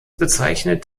bezeichnet